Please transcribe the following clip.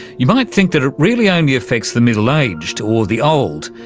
you might think that it really only affects the middle aged or the old,